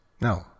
No